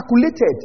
calculated